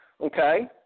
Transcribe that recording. Okay